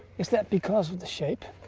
it's that because of the shape